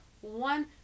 one